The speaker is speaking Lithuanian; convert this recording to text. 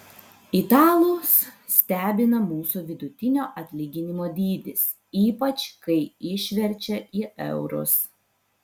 italus stebina mūsų vidutinio atlyginimo dydis ypač kai išverčia į eurus